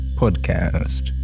podcast